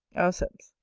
auceps.